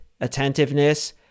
attentiveness